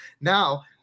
Now